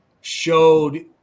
showed –